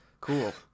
cool